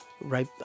right